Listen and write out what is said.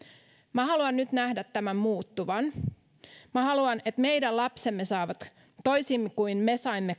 minä haluan nyt nähdä tämän muuttuvan minä haluan että meidän lapsemme saavat toisin kuin me saimme